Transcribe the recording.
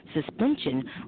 suspension